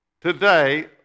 Today